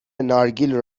نارگیل